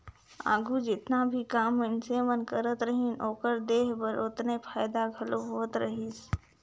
आघु जेतना भी काम मइनसे मन करत रहिन, ओकर देह बर ओतने फएदा घलो होत रहिस